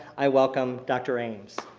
i welcome dr. ames.